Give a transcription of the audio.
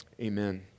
amen